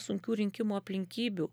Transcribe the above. sunkių rinkimų aplinkybių